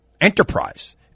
enterprise